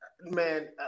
man